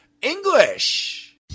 English